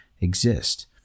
exist